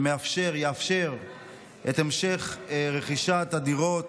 שיאפשר את המשך רכישת הדירות,